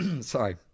Sorry